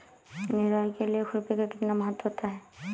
निराई के लिए खुरपी का कितना महत्व होता है?